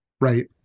Right